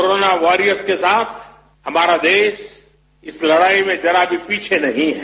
corona warriors के साथ हमारा देश इस लड़ाई में जरा भी पीछे नहीं है